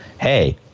hey